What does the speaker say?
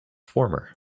former